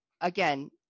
again